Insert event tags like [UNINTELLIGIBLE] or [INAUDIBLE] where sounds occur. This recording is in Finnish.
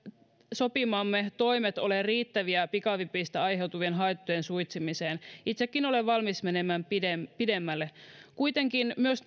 sopimamme toimet ole riittäviä pikavipistä aiheutuvien haittojen suitsimiseen itsekin olen valmis menemään pidemmälle pidemmälle kuitenkin myös [UNINTELLIGIBLE]